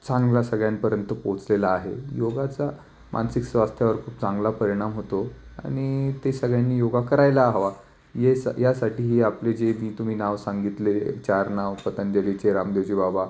चांगला सगळ्यांपर्यंत पोचलेला आहे योगाचा मानसिक स्वास्थ्यावर खूप चांगला परिणाम होतो आणि ते सगळ्यांनी योग करायला हवा ये स यासाठीही आपले जे मी तुम्ही नाव सांगितले चार नाव पतंजलीचे रामदेवजी बाबा